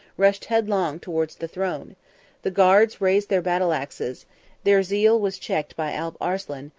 rushed headlong towards the throne the guards raised their battle-axes their zeal was checked by alp arslan,